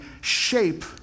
shape